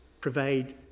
provide